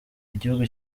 igihugu